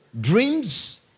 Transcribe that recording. dreams